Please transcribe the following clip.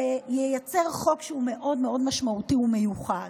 שייצר חוק שהוא מאוד מאוד משמעותי ומיוחד,